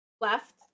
left